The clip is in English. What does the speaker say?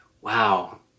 Wow